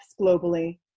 globally